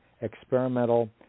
experimental